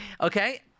Okay